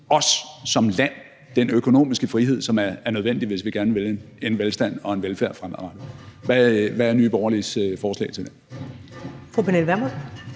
os som land den økonomiske frihed, som er nødvendig, hvis vi gerne vil en velstand og en velfærd fremadrettet. Hvad er Nye Borgerliges forslag til det?